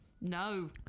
No